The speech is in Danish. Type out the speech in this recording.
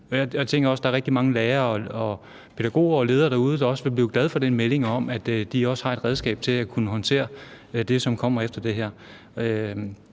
lærere og pædagoger og ledere derude, der vil blive glade for den melding om, at de også har et redskab til at kunne håndtere det, som kommer efter det her.